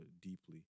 deeply